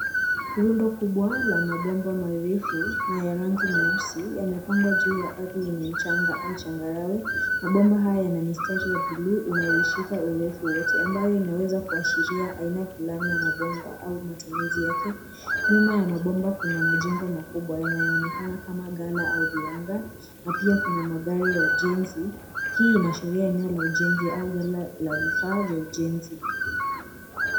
Rundo kubwa la mabomba marefu na ya rangi nyeusi yamepangwa juu ya ardhi yenye mchanga au changarawe. Mabomba haya yana mistari ya bluu inayoishika urefu wote ambayo inaweza kuashiria aina fulani ya mabomba au matumizi yake. Nyuma ya mabomba kuna majengo makubwa yanayoonekana kama gala au viwanda na pia kuna magari ya ujenzi. Hii inaashiria eneo la ujenzi au gala la vifaa vya ujenzi.